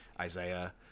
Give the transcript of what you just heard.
Isaiah